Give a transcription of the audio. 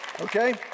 Okay